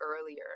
earlier